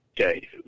Okay